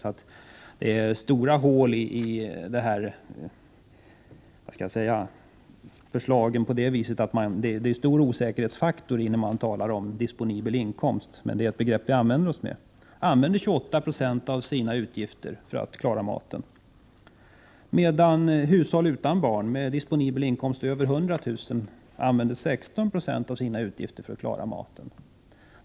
Matutgifternas andel i ett hushåll med flera barn, i det här fallet tre barn, med disponibel inkomst under 44 000 kr. — alltså verkligen låginkomsttagare — är 28 Jo. För hushållen utan barn med disponibel inkomst över 100 000 kr. är den bara 16 90.